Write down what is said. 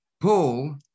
Paul